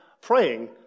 praying